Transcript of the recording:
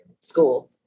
school